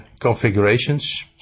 configurations